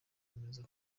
nkomeza